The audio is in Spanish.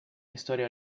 historia